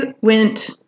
went